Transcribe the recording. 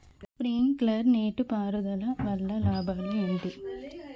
Sprinkler నీటిపారుదల వల్ల లాభాలు ఏంటి?